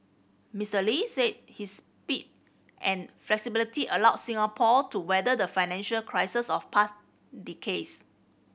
Mister Lee said his speed and flexibility allowed Singapore to weather the financial crises of past decays